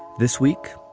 this week,